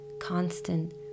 constant